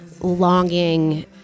longing